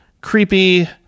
creepy